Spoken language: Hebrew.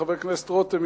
חבר הכנסת רותם,